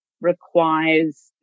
requires